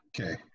okay